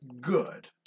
good